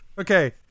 Okay